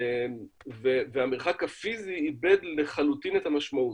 והמרחק הפיזי איבד לחלוטין את המשמעות.